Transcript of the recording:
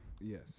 Yes